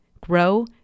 grow